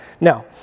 Now